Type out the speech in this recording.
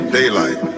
daylight